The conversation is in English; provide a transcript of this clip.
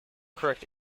correct